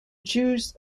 jews